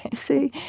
see,